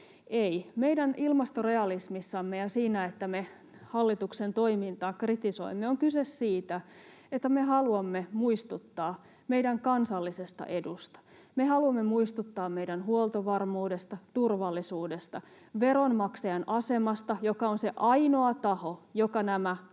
vaan meidän ilmastorealismissamme ja siinä, että me hallituksen toimintaa kritisoimme, on kyse siitä, että me haluamme muistuttaa meidän kansallisesta edusta. Me haluamme muistuttaa meidän huoltovarmuudesta, turvallisuudesta ja veronmaksajan asemasta, joka on se ainoa taho, joka nämä politiikat